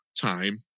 time